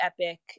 epic